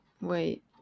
wait